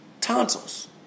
tonsils